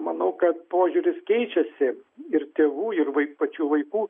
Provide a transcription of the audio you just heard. manau kad požiūris keičiasi ir tėvų ir pačių vaikų